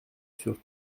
sur